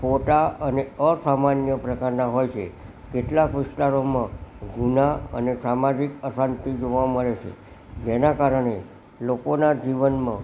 ખોટા અને અસામાન્ય પ્રકારના હોય છે કેટલાક વિસ્તારોમાં ગુના અને સમાજિક અશાંતિ જોવા મળે છે જેના કારણે લોકોના જીવનમાં